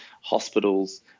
hospitals